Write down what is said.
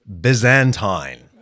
Byzantine